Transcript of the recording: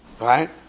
right